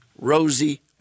rosie